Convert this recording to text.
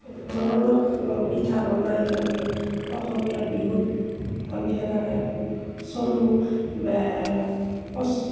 ধৰণৰ পিঠা বনাই আমি অসমীয়া বিহুত আমি সেনেকৈ চলোঁ